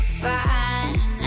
fine